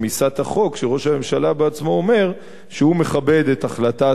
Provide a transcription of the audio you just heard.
כשראש הממשלה בעצמו אומר שהוא מכבד את החלטת בג"ץ.